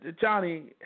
Johnny